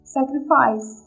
Sacrifice